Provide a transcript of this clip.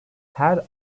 her